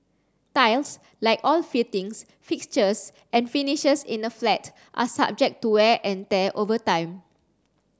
tiles like all fittings fixtures and finishes in a flat are subject to wear and tear over time